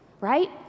right